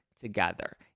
together